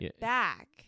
back